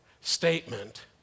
statement